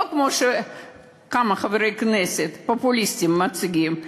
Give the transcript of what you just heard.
לא כמו שכמה חברי כנסת פופוליסטיים מציגים,